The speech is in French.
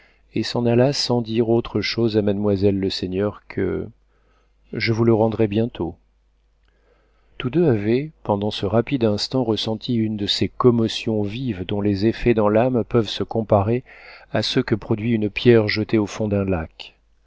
et s'en alla sans dire autre chose à mademoiselle leseigneur que je vous le rendrai bientôt tous deux avaient pendant ce rapide instant ressenti une de ces commotions vives dont les effets dans l'âme peuvent se comparer à ceux que produit une pierre jetée au fond d'un lac